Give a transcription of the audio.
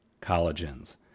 collagens